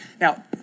Now